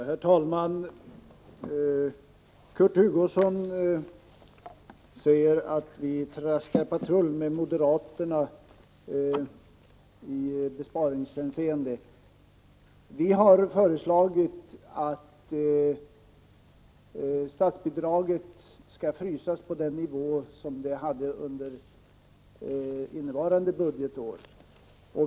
Herr talman! Kurt Hugosson säger att vi traskar patrull efter moderaterna i besparingshänseende. Vi har föreslagit att statsbidraget skall frysas på den nivå som det hade under innevarande budgetår.